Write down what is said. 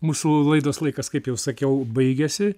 mūsų laidos laikas kaip jau sakiau baigiasi